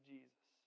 Jesus